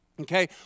okay